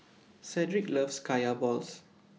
Cedric loves Kaya Balls